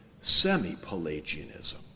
semi-Pelagianism